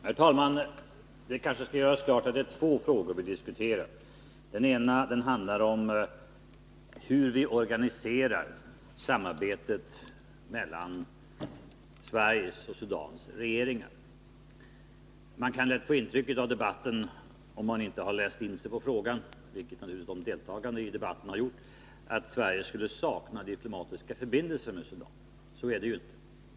Herr talman! Det kanske skall göras klart att det är två frågor som vi diskuterar. Den ena handlar om hur vi organiserar samarbetet mellan Sveriges och Sudans regeringar. Om man inte har läst in sig på frågan — vilket naturligtvis de deltagande i debatten har gjort — kan man av debatten lätt få intrycket att Sverige skulle sakna diplomatiska förbindelser med Sudan. Så är det inte.